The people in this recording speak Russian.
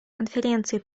конференции